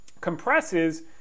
compresses